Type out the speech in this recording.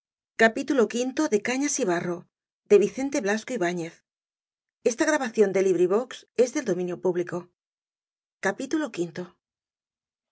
de cañas y